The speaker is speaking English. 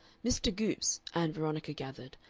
mr. goopes, ann veronica gathered,